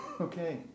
Okay